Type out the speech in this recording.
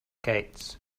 gates